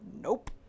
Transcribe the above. Nope